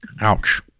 Ouch